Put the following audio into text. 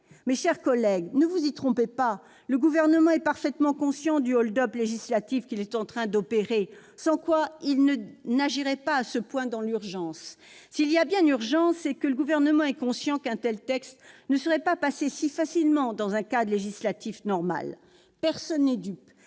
Mes chers collègues, ne vous y trompez pas : le Gouvernement est parfaitement conscient d'opérer un hold-up législatif, sinon il n'agirait pas à ce point dans l'urgence. S'il y a urgence, c'est que le Gouvernement est conscient qu'un tel texte ne serait pas passé si facilement dans le cadre d'un processus législatif normal. Personne n'est dupe.